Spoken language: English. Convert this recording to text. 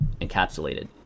encapsulated